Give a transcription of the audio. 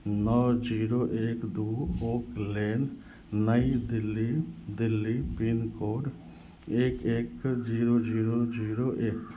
नओ जीरो एक दुइ ओकलेन नइ दिल्ली दिल्ली पिनकोड एक एक जीरो जीरो जीरो एक